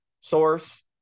source